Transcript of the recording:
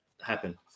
happen